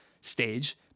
stage